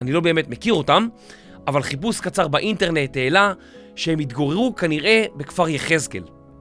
אני לא באמת מכיר אותם, אבל חיפוש קצר באינטרנט העלה שהם התגוררו כנראה בכפר יחזקאל.